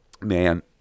man